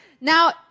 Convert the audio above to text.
Now